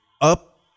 up